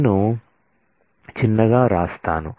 నేను చిన్నగా వ్రాస్తాను